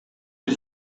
бир